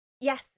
Yes